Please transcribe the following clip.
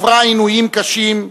עברה עינויים קשים,